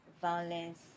violence